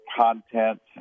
content